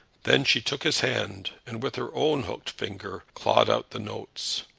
then she took his hand, and with her own hooked finger clawed out the notes.